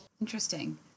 Interesting